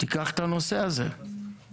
תיקח את הנושא הזה,